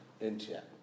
India